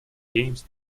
games